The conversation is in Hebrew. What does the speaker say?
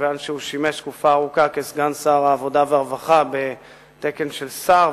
כיוון שהוא שימש תקופה ארוכה סגן שר העבודה והרווחה בתקן של שר,